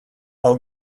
i’ll